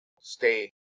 stay